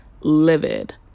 livid